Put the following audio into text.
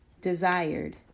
desired